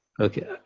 Okay